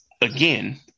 again